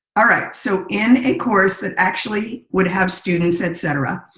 all right. so, in a course that actually would have students, et cetera.